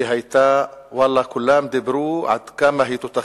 היא היתה, ואללה, כולם דיברו על כמה היא תותחית,